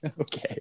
Okay